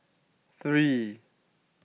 three